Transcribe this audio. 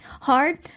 hard